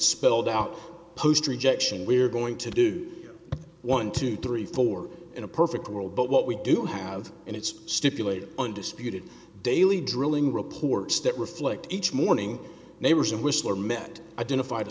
spelled out post rejection we're going to do one two three four in a perfect world but what we do have and it's stipulated undisputed daily drilling reports that reflect each morning neighbors and whistler met identify the